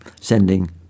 sending